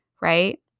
right